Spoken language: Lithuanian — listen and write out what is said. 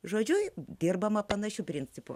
žodžiu dirbama panašiu principu